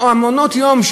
מעונות-היום,